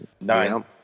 nine